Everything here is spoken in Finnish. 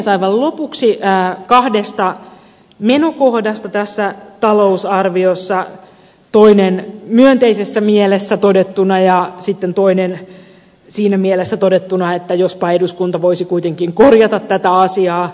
aivan lopuksi kahdesta menokohdasta tässä talousarviossa toinen myönteisessä mielessä todettuna ja toinen siinä mielessä todettuna että jospa eduskunta voisi kuitenkin korjata tätä asiaa